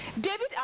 David